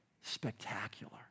spectacular